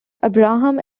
abraham